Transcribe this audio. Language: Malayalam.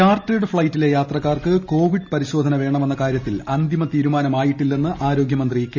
ചാർട്ടേഡ് ഫ്ളൈറ്റിലെ യാത്രക്കാർക്ക് കോവിഡ് പരിശോധന വേണമെന്ന കാര്യത്തിൽ അന്തിമ തീരുമാനമായിട്ടില്ലെന്ന് ആരോഗ്യമന്ത്രി കെ